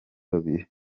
babiri